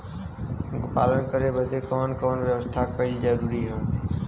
गोपालन करे बदे कवन कवन व्यवस्था कइल जरूरी ह?